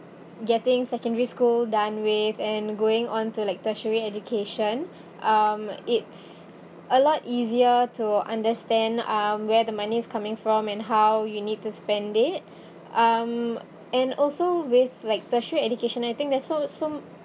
getting secondary school done with and going on to like tertiary education um it's a lot easier to understand um where the money's coming from and how you need to spend it um and also with like tertiary education I think they're so so